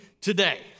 today